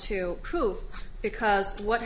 to prove because what